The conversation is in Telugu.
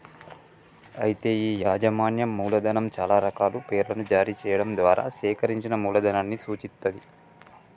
అయితే ఈ యాజమాన్యం మూలధనం చాలా రకాల పేర్లను జారీ చేయడం ద్వారా సేకరించిన మూలధనాన్ని సూచిత్తది